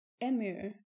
Emir